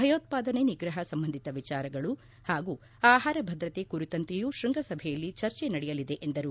ಭಯೋತ್ಪಾದನೆ ನಿಗ್ರಹ ಸಂಬಂಧಿತ ವಿಚಾರಗಳು ಹಾಗೂ ಆಹಾರ ಭದ್ರತೆ ಕುರಿತಂತೆಯೂ ತ್ವಂಗಸಭೆಯಲ್ಲಿ ಚರ್ಚೆ ನಡೆಯಲಿದೆ ಎಂದರು